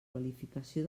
qualificació